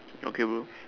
okay bro